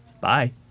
Bye